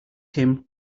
him